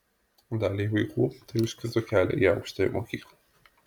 daliai vaikų tai užkirto kelią į aukštąją mokyklą